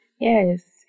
Yes